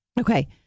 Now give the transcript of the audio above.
Okay